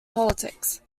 politics